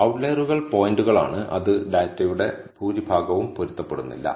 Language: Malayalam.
ഔട്ട്ലയറുകൾ പോയിന്റുകളാണ് അത് ഡാറ്റയുടെ ഭൂരിഭാഗവും പൊരുത്തപ്പെടുന്നില്ല